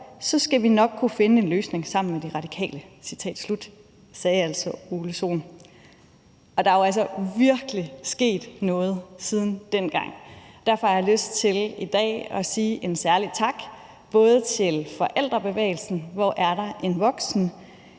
skal vi nok kunne finde en løsning sammen med De Radikale. Citat slut. Det sagde altså Ole Sohn. Der er jo altså virkelig sket noget siden dengang, og derfor har jeg lyst til i dag at sige en særlig tak til både forældrebevægelsen »Hvor er der en voksen?«,